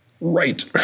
right